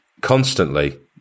constantly